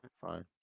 fine